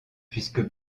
puisque